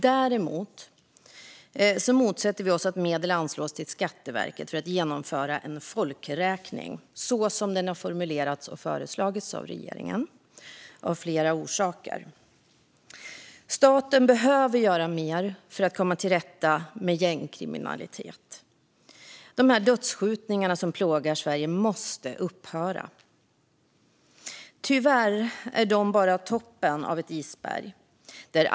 Däremot motsätter vi oss att medel anslås till Skatteverket för att genomföra en folkräkning såsom den har formulerats och föreslagits av regeringen. Det finns flera skäl till det. Staten behöver göra mer för att komma till rätta med gängkriminalitet. De dödsskjutningar som plågar Sverige måste upphöra. Tyvärr är de bara toppen av ett isberg.